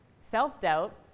Self-doubt